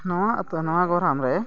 ᱱᱚᱣᱟ ᱟᱛᱳ ᱱᱚᱣᱟ ᱜᱚᱨᱟᱢ ᱨᱮ